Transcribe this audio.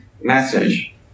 message